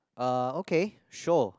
uh okay sure